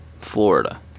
Florida